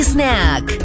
Snack